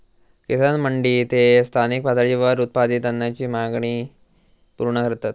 किसान मंडी ते स्थानिक पातळीवर उत्पादित अन्नाची वाढती मागणी पूर्ण करतत